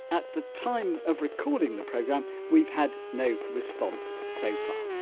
at the time of recording the programme we've had no response so far